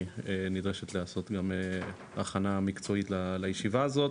נדרשת לעשות גם הכנה מקצועית לישיבה הזאת.